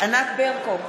ענת ברקו,